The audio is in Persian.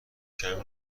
کمی